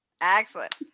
Excellent